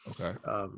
Okay